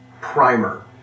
primer